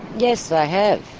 yes, they have.